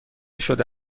شده